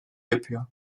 yapıyor